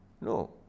No